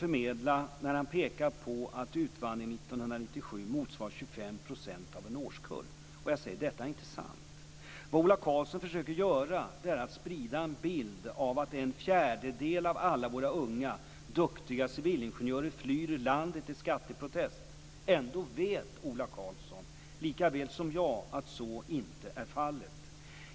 Han pekar på att utvandringen 1997 motsvarade 25 % av en årskull. Jag säger att detta inte är sant. Vad Ola Karlsson försöker göra är att sprida en bild av att en fjärdedel av alla våra unga duktiga civilingenjörer flyr landet i skatteprotest. Ändå vet Ola Karlsson likaväl som jag att så inte är fallet.